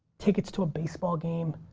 tickets to a baseball game,